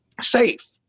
safe